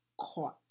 caught